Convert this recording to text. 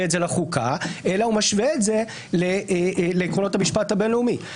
את זה לחוקה אלא הוא משווה את זה לעקרונות המשפט הבין-לאומי.